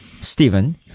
Stephen